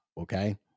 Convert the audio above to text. okay